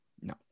No